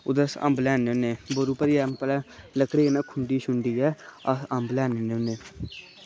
ओह्दे ई अस अम्ब लैने होने बोरी भरियै लकड़ी कन्नै खुंडी छुंडियै अस अम्ब लेने ई जन्ने होने